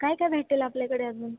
काय काय भेटेल आपल्याकडे अजून